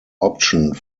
optioned